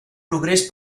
progrés